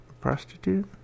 prostitute